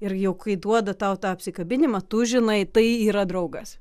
ir jau kai duoda tau tą apsikabinimą tu žinai tai yra draugas